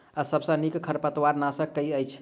सबसँ नीक खरपतवार नाशक केँ अछि?